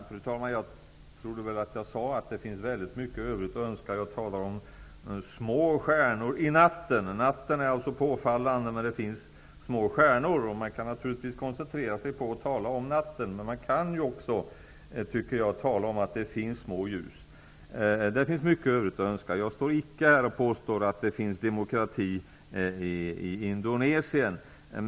Fru talman! Jag trodde att jag sade att det finns väldigt mycket övrigt att önska. Jag talar om små stjärnor i natten. Natten är alltså påfallande, men det finns små stjärnor. Man kan naturligtvis koncentrera sig på att tala om natten, men man kan också tala om att det finns små ljus. Det finns mycket övrigt att önska. Jag står icke här och påstår att det finns demokrati i Indonesien.